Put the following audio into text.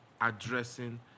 addressing